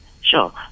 Sure